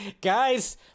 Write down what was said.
guys